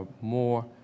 more